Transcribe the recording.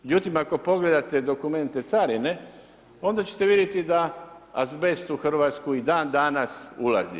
Međutim, ako pogledate dokumente carine, onda ćete vidjeti da azbest u Hrvatsku i dan danas ulazi.